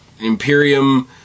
Imperium